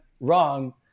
wrong